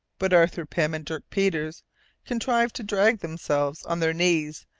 but arthur pym and dirk peters contrived to drag themselves on their knees,